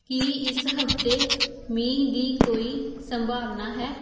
ਕੀ ਇਸ ਹਫ਼ਤੇ ਮੀਂਹ ਦੀ ਕੋਈ ਸੰਭਾਵਨਾ ਹੈ